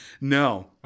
No